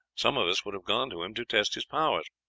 some of us would have gone to him to test his powers.